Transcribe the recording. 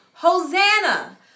Hosanna